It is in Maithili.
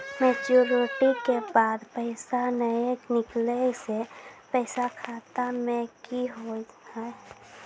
मैच्योरिटी के बाद पैसा नए निकले से पैसा खाता मे की होव हाय?